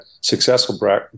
successful